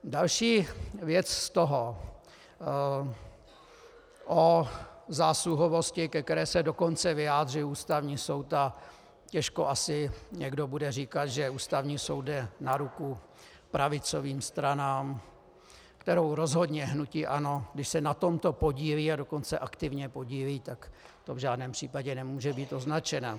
Další věc z toho o zásluhovosti, ke které se dokonce vyjádřil Ústavní soud, a těžko asi někdo bude říkat, že Ústavní soud jde na ruku pravicovým stranám, kterou rozhodně hnutí ANO, když se na tomto podílí, a dokonce aktivně podílí, takto v žádném případě nemůže být označena.